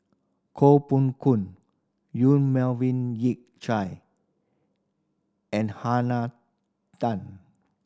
Koh Pong Yong Melvin Yik Chye and Tan